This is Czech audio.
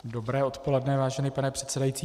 Dobré odpoledne, vážený pane předsedající.